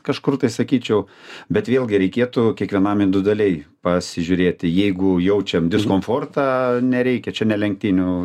kažkur tai sakyčiau bet vėlgi reikėtų kiekvienam individualiai pasižiūrėti jeigu jaučiam diskomfortą nereikia čia ne lenktynių